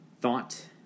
thought